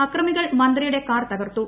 അക്രമികൾ മന്ത്രിയുടെ കാർ തകർത്തു